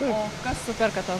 o kas superka tą